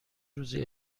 روزی